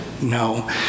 No